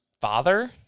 father